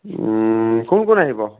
কোন কোন আহিব